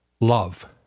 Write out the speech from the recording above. love